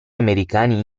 americani